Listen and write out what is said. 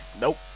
Nope